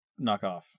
knockoff